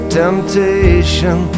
temptation